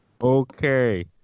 Okay